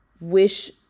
wish